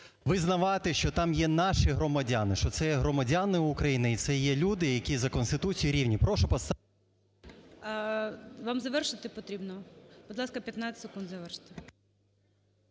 визнавати, що там є наші громадяни, що це є громадяни України, і це є люди, які за Конституцією рівні.